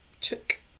took